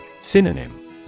Synonym